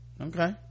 okay